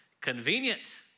convenient